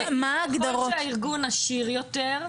ככל שארגון עשיר יותר,